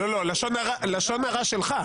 לשון הרע שלך.